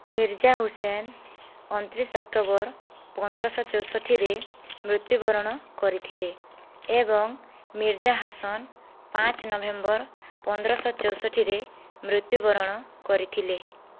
ମିର୍ଜା ହୁସେନ ଅଣତିରିଶ ଅକ୍ଟୋବର ପନ୍ଦର ଶହ ଚଉଷଠିରେ ମୃତ୍ୟୁବରଣ କରିଥିଲେ ଏବଂ ମିର୍ଜା ହାସନ ପାଞ୍ଚ ନଭେମ୍ବର ପନ୍ଦର ଶହ ଚଉଷଠିରେ ମୃତ୍ୟୁବରଣ କରିଥିଲେ